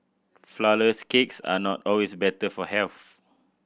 flourless cakes are not always better for health